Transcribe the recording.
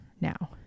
now